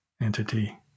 entity